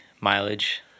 mileage